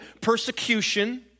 persecution